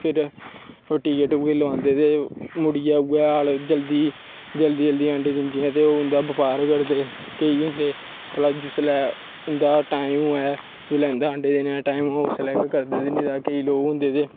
फिर टीके टूके लोआंदे ते उ'ऐ जल्दी जल्दी अंडे दिंदियां ते उं'दा बपार करदे केईं होंदे भला जिसलै उं'दा टाइम होऐ जिसलै अंडे देने दा टाइम होऐ उसलै गै करदे ते केईं लोग होंदे